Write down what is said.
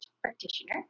practitioner